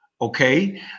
okay